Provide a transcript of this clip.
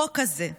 החוק הזה,